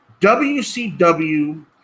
WCW